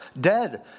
dead